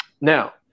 now